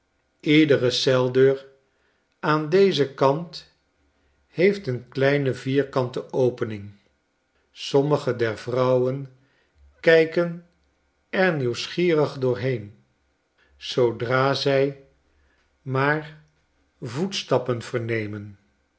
ledere celdeur aan dezen kant heeft een kleine vierkante opening sommige der vrouwen kijken er nieuwsgierig doorheen zoodra zij maar voetstappen vernemen